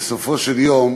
בסופו של יום